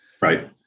right